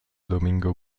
domingo